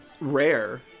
rare